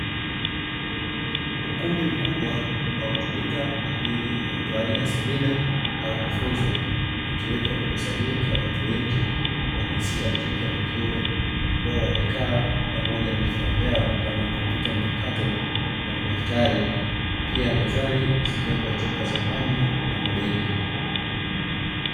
Ukumbi mkubwa ambao hutumika kwa ajili ya utoaji wa semina au mafunzo, wakiwepo wamekusanyika watu wengi wa jinsia ya kike na kiume, ambao wamekaa pamoja na vifaa vyao kama kompyuta mpakato na madaftari, pia mezani zikiwepo chupa za maji na mabegi.